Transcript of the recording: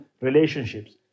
relationships